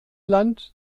land